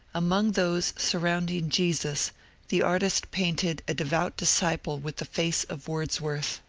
among those surrounding jesus the artist painted a devout disciple with the face of wordsworth,